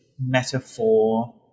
metaphor